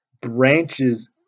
branches